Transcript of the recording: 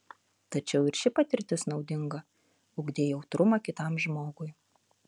tačiau ir ši patirtis naudinga ugdė jautrumą kitam žmogui